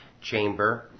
Chamber